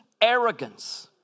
Arrogance